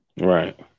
Right